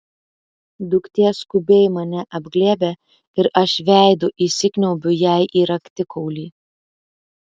duktė skubiai mane apglėbia ir aš veidu įsikniaubiu jai į raktikaulį